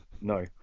No